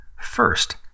first